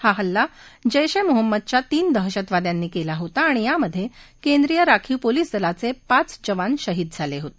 हा हल्ला जेश ए मोहम्मदघ्या तीन दहशतवाद्यांनी केला होता आणि यामध्ये केंद्रीय राखीव पोलीस दलावे पाच जवान शहीद झाले होते